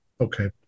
Okay